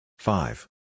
Five